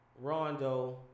Rondo